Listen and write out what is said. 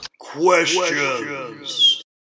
Questions